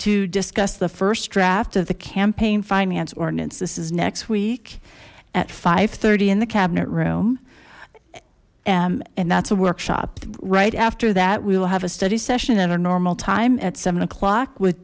to discuss the first draft of the campaign finance ordinance this is next week at five thirty in the cabinet room and and that's a workshop right after that we will have a study session at a norm time at seven o'clock with